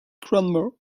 cranmer